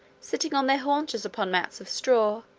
sitting on their haunches upon mats of straw,